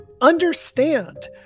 Understand